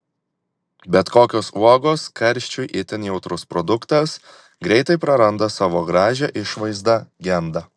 bet kokios uogos karščiui itin jautrus produktas greitai praranda savo gražią išvaizdą genda